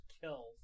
kills